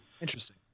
Interesting